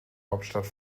hauptstadt